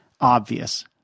obvious